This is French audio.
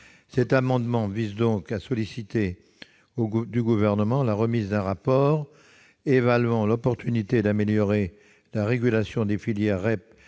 Cet amendement vise à solliciter du Gouvernement la remise d'un rapport évaluant l'opportunité d'améliorer la régulation des filières REP